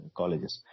colleges